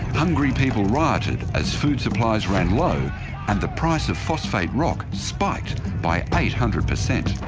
hungry people rioted as food supplies ran low and the price of phosphate rock spiked by eight hundred percent